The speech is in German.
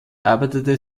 arbeitete